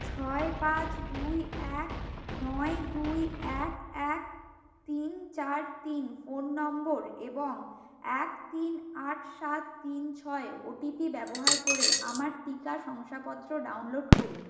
ছয় পাঁচ দুই এক নয় দুই এক এক তিন চার তিন ফোন নম্বর এবং এক তিন আট সাত তিন ছয় ওটিপি ব্যবহার করে আমার টিকা শংসাপত্র ডাউনলোড করুন